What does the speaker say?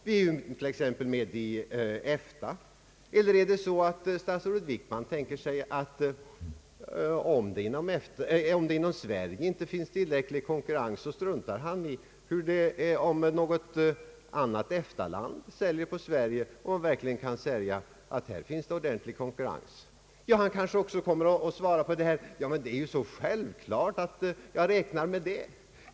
Vi är t.ex. med i EFTA. Eller tänker sig statsrådet Wickman att om det inom Sverige inte finns tillräcklig konkurrens mellan svenska företag så struntar han i om något annat EFTA land säljer på Sverige och det leder till konkurrens? Herr Wickman kanske svarar att han självfallet räknar med en sådan sak.